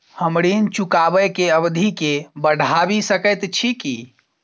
हम ऋण चुकाबै केँ अवधि केँ बढ़ाबी सकैत छी की?